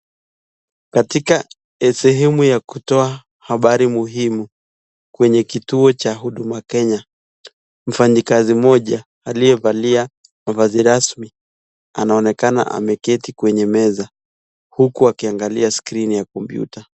Katika, sehemu ya kutoa, habari muhimu, kwenye kituo cha Huduma Kenya, mfanyikazi mmoja, aliyevalia, mavazi rasmi, anaonekana ameketi kwenye meza, huku akiangalia skrini ya kompyuta.